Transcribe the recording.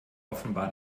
offenbar